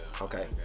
Okay